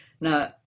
Now